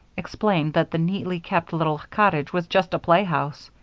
explained that the neatly kept little cottage was just a playhouse.